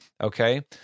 Okay